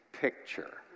picture